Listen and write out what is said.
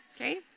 okay